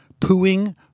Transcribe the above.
pooing